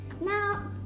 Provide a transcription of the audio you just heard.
Now